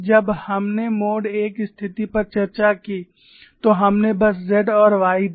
जब हमने mode I स्थिति पर चर्चा की तो हमने बस Z और Y दी